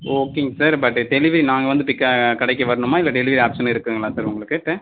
ஓகேங்க sir but delivery நாங்கள் வந்து பிக்க கடைக்கு வரணுமா இல்லை டெலிவரி ஆப்ஷன் இருக்குதுங்களா சார் உங்கக்கிட்ட